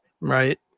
Right